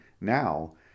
now